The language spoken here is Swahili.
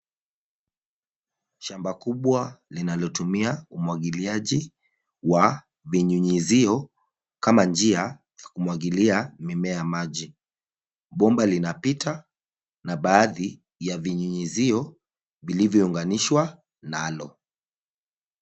Shamba kubwa linalotumia umwagiliaji wa vinyunyizio kama njia ya kumwagilia mimea maji, bomba linapita na baadhi ya vinyunyizio vilivyounganishwa nalo.